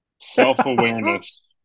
Self-awareness